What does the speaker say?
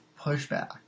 pushback